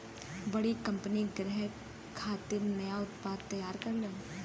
बड़ा कंपनी ग्राहक खातिर नया उत्पाद तैयार करलन